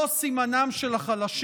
הם לא סימנם של החלשים,